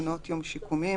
מעונות יום שיקומיים,